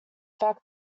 fact